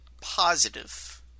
positive